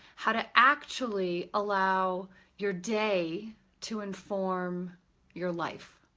how to actually allow your day to inform your life.